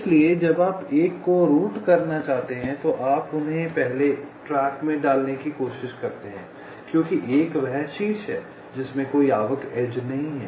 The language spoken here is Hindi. इसलिए जब आप 1 को रूट करना चाहते हैं तो आप उन्हें इस पहले ट्रैक में डालने की कोशिश करते हैं क्योंकि 1 वह शीर्ष है जिसमें कोई आवक एज नहीं है